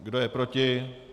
Kdo je proti?